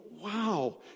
wow